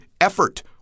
effort